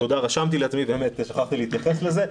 תודה, רשמתי לעצמי ובאמת שכחתי להתייחס לזה.